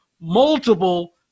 multiple